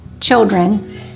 children